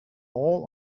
all